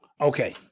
Okay